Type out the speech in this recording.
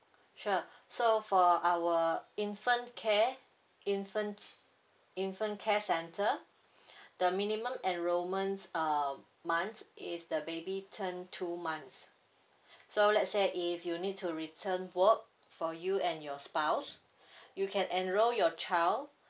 sure so for our infant care infant infant care centre the minimum enrollments uh month is the baby turn two months so let's say if you need to return work for you and your spouse you can enroll your child